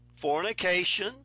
fornication